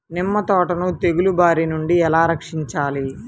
నిమ్మ తోటను తెగులు బారి నుండి ఎలా రక్షించాలి?